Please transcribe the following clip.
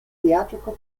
theatrical